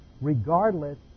regardless